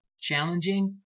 challenging